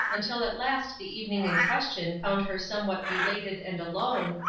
until at last the evening in question found her somewhat belated and alone,